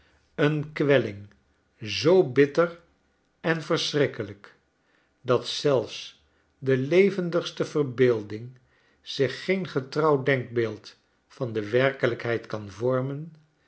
een kwelhng zoo bitter en verschrikkelyk dat zelfs de levendigste verbeelding zich geen getrouw denkbeeld van de werkelijkheid kan vormen